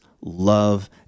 love